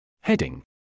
Heading